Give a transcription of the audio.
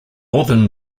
northern